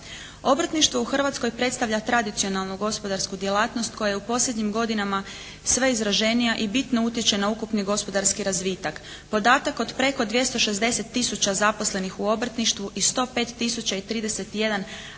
Obrtništvo u Hrvatskoj predstavlja tradicionalnu gospodarsku djelatnost koja je u posljednjim godinama sve izraženija i bitno utječe na ukupni gospodarski razvitak. Podatak od preko 260 tisuća zaposlenih u obrtništvu i 105 tisuća